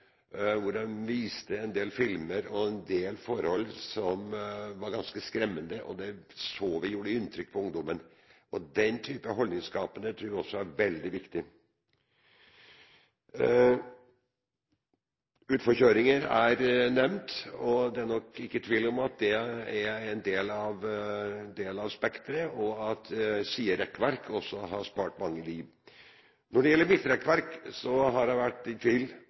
viste en del filmer og en del forhold som var ganske skremmende, og det så vi gjorde inntrykk på ungdommene. Den typen holdningsskapende arbeid tror vi er veldig viktig. Utforkjøringer er nevnt, og det er nok ikke tvil om at det er en del av spekteret. Også siderekkverk har spart mange liv. Når det gjelder midtrekkverk, har jeg vært i tvil.